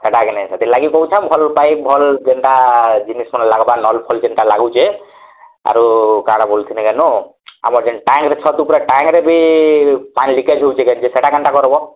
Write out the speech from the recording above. ହେଟା କି ନେ ହେଥି ସେଥିର୍ ଲାଗି କହୁଛି ଭଲ୍ ପାଇଁ ଭଲ୍ ଜେନ୍ତା ଜିନିଷ୍ ଟେ ଲାଗ୍ବା ନଲ୍ ଫଲ୍ ଯେନ୍ତା ଲାଗୁଛେ ଆରୁ କାଣା ବୋଲୁଥିଲେ କେନ ଆମର ଯେନ୍ତେ ଟାଇମ୍ରେ ଛତୁ ଯେମିତି ଟାଇମ୍ରେ ବି ପାଣି ଲିକେଜ୍ ହଉଛି ସେଇଟା କେନ୍ତା କର୍ବ